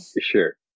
Sure